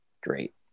great